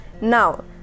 Now